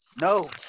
no